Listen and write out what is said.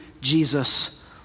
Jesus